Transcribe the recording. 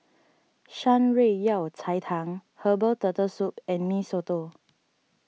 Shan Rui Yao Cai Tang Herbal Turtle Soup and Mee Soto